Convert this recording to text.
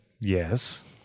Yes